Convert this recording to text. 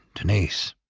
denise.